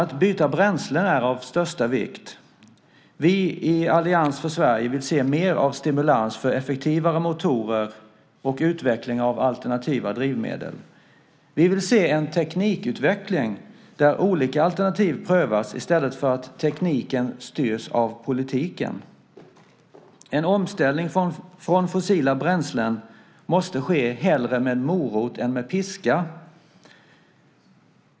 Att byta bränslen är av största vikt. Vi i Allians för Sverige vill se mer av stimulans för effektivare motorer och utveckling av alternativa drivmedel. Vi vill se en teknikutveckling där olika alternativ prövas i stället för att tekniken styrs av politiken. En omställning från fossila bränslen måste ske hellre med morot än med piska.